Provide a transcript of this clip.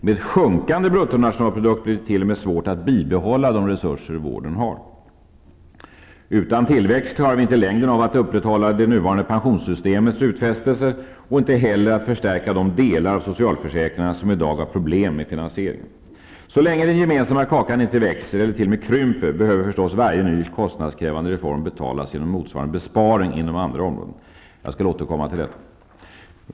Med sjunkande bruttonationalprodukt blir det t.o.m. svårt att bibehålla de resurser vården har. Utan tillväxt klarar vi i längden inte av att upprätthålla det nuvarande pensionssystemets utfästelser och inte heller att förstärka de delar av socialförsäkringarna där det i dag är problem med finansieringen. Så länge den gemensamma kakan inte växer eller t.o.m. krymper behöver förstås varje ny kostnadskrävande reform betalas genom motsvarande besparing inom andra områden. Jag skall återkomma till detta.